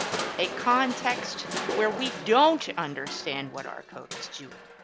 a context where we don't understand what our code is doing,